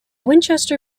winchester